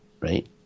Right